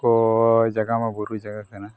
ᱠᱚ ᱡᱟᱭᱜᱟᱢᱟ ᱵᱩᱨᱩ ᱡᱟᱭᱜᱟ ᱠᱟᱱᱟ